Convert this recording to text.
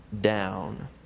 down